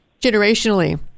generationally